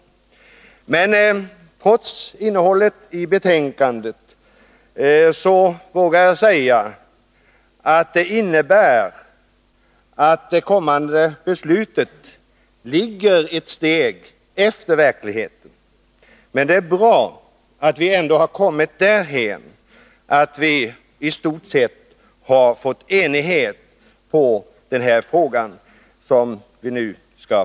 Men trots innehållet i betänkandet vågar jag säga att det innebär att det kommande beslutet ligger ett steg efter verkligheten. Det är emellertid bra att vi ändå har kommit därhän att vi i stort sett har nått enighet i den här frågan.